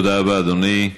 תודה רבה, אדוני.